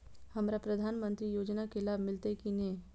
हमरा प्रधानमंत्री योजना के लाभ मिलते की ने?